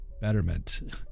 betterment